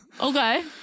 Okay